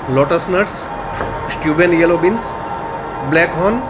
lotus nuts Steuben yellow beans black horn